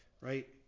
right